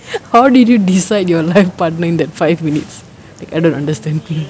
how do you decide your life partner in that five minutes I don't understand